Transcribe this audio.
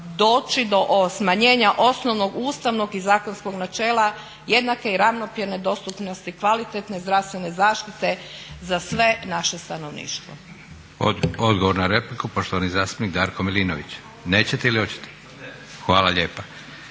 doći do smanjenja osnovnog ustavnog i zakonskog načela jednake i ravnopravne dostupnosti, kvalitetne zdravstvene zaštite za sve naše stanovništvo. **Leko, Josip (SDP)** Odgovor na repliku poštovani zastupnik Darko Milinović. Nećete ili oćete? **Milinović,